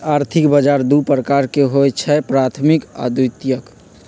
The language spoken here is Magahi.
आर्थिक बजार दू प्रकार के होइ छइ प्राथमिक आऽ द्वितीयक